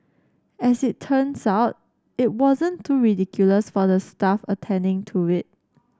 as it turns out it wasn't too ridiculous for the staff attending to it